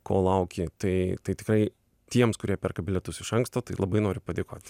ko lauki tai tai tikrai tiems kurie perka bilietus iš anksto tai labai noriu padėkoti